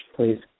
Please